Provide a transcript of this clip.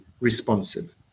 responsive